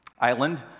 island